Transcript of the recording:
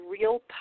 real